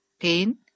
pain